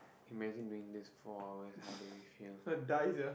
imagine doing this for four hours how do you feel